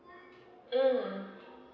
mm